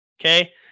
Okay